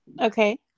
Okay